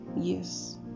yes